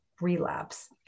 relapse